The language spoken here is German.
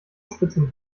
spitzem